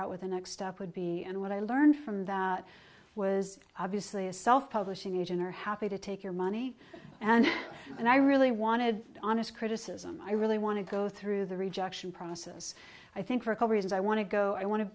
out what the next step would be and what i learned from that was obviously a self publishing agent are happy to take your money and and i really want to honest criticism i really want to go through the rejection process i think recovery is i want to go i wan